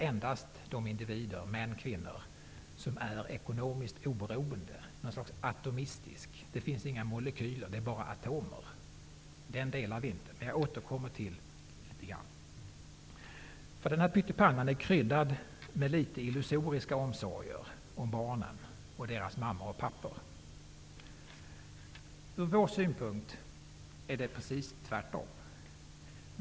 Endast de individer, män och kvinnor, som är ekonomiskt oberoende är jämställda. Det är något atomistiskt över det hela. Det finns inga molekyler bara atomer. Vi delar inte den synen. Jag återkommer till detta. Den här pyttipannan är kryddad med litet illusoriska omsorger om barnen och deras mammor och pappor. Ur vår synpunkt är det precis tvärtom.